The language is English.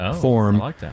form